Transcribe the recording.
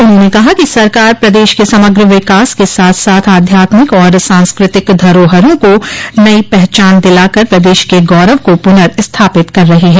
उन्होंने कहा कि सरकार प्रदेश के समग्र विकास के साथ साथ आध्यात्मिक और सांस्कृतिक धरोहरों को नई पहचान दिला कर प्रदेश के गौरव को पुर्नस्थापित कर रही है